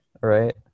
right